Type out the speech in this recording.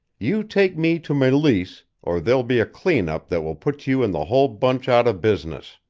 you take me to meleese or there'll be a clean-up that will put you and the whole bunch out of business.